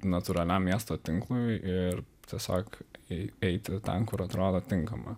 natūraliam miesto tinklui ir tiesiog jei eiti ten kur atrodo tinkama